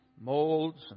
molds